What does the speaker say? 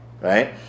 Right